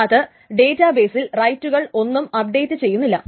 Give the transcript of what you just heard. അത് ഡേറ്റാ ബെയിസിൽ റൈറ്റുകൾ ഒന്നും അപ്ഡേറ്റ് ചെയ്യുന്നില്ല